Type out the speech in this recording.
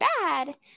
bad